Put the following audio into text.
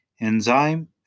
enzyme